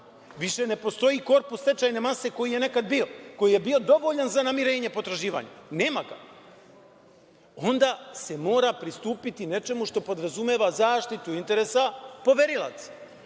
više ne postoji korpus stečajne mase koji je nekad bio, koji je bio dovoljan za namirenje potraživanja, nema ga, onda se mora pristupiti nečemu što podrazumeva zaštitu interesa poverilaca,